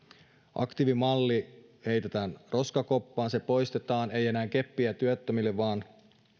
aktiivimalli heitetään roskakoppaan se poistetaan ei enää keppiä työttömille vaan